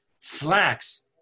flax